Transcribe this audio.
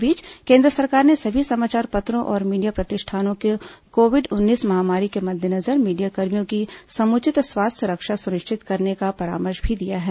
इस बीच केन्द्र सरकार ने सभी समाचार पत्रों और मीडिया प्रतिष्ठानों को कोविड उन्नीस महामारी के मद्देनजर मीडियाकर्मियों की समूचित स्वास्थ्य रक्षा सुनिश्चित करने का परामर्श भी दिया है